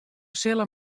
sille